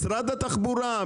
משרד התחבורה,